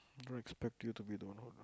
don't expect you to be the one